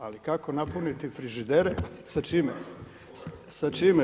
Ali kako napuniti frižidere sa čime?